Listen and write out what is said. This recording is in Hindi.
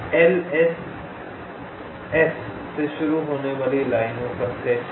LS S से शुरू होने वाली लाइनों का सेट है